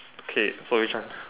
K so which one